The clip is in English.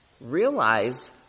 realize